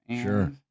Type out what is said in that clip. Sure